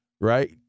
right